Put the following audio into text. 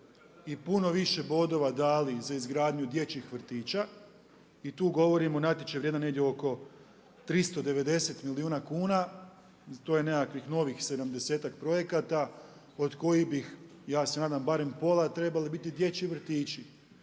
i puno više bodova dali za izgradnju dječjih vrtića. I tu govorimo o natječaju vrijednom negdje oko 390 milijuna kuna, to je nekakvih novih 70-ak projekata od kojih bi, ja se nadam barem pola trebali biti dječji vrtići